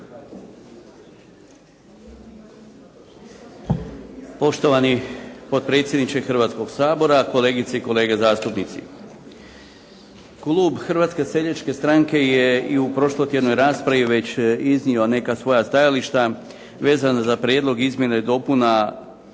Poštovani potpredsjedniče Hrvatskog sabora, kolegice i kolege zastupnici. Klub Hrvatske seljačke stranke je i u prošlotjednoj raspravi već iznio neka svoja stajališta vezana za Prijedlog izmjene dopuna